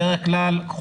בדרך כלל,